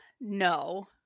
no